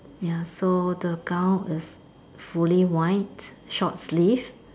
ya so the gown is fully white short sleeved